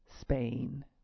Spain